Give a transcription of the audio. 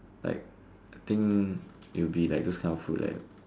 like I think it'll be like those kind of food that